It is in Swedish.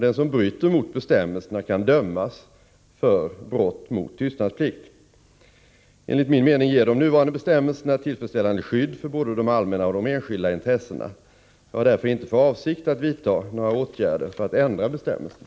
Den som bryter mot bestämmelserna kan dömas för brott mot tystnadsplikt. Enligt min mening ger de nuvarande bestämmelserna ett tillfredsställande skydd för både de allmänna och de enskilda intressena. Jag har därför inte för avsikt att vidta några åtgärder för att ändra bestämmelserna.